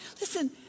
listen